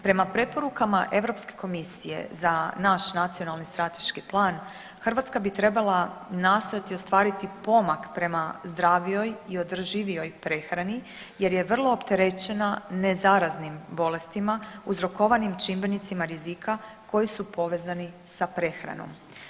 Prema preporukama Europske komisije za naš nacionalni strateški plan Hrvatska bi trebala nastojati ostvariti pomak prema zdravijoj i održivijoj prehrani jer je vrlo opterećena nezaraznim bolestima uzrokovanim čimbenicima rizika koji su povezani sa prehranom.